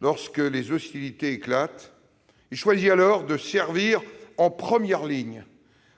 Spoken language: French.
Lorsque les hostilités éclatèrent, il choisit de servir en première ligne